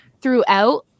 throughout